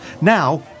Now